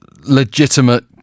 legitimate